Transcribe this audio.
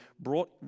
brought